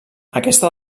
aquesta